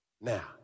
Now